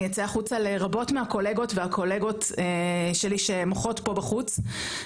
אני אצא החוצה לרבות מהקולגות והקולגות שלי שמוחות פה בחוץ,